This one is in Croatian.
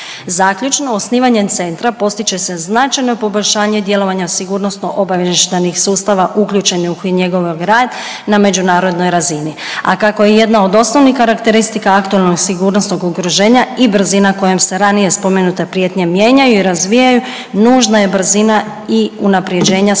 Zaključno, osnivanjem Centra postići će se značajno poboljšanje djelovanja sigurnosno-obavještajnih sustava uključenih u njegov rad na međunarodnoj razini, a kako je jedna od osnovnih karakteristika aktualnog sigurnosnog okruženja i brzina kojom se ranije spomenute prijetnje mijenjaju i razvijaju, nužna je brzina i unaprjeđenja